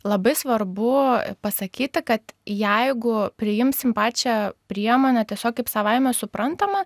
labai svarbu pasakyti kad jeigu priimsim pačią priemonę tiesiog kaip savaime suprantamą